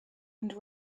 and